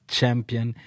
Champion